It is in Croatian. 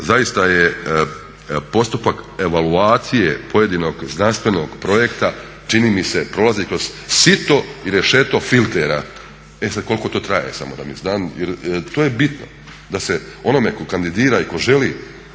zaista je postupak evaluacije pojedinog znanstvenog projekta čini mi se prolazi kroz sito i rešeto filtera. E sad koliko to traje samo da znam jer to je bitno, da se onome tko kandidira i tko želi